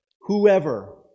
Whoever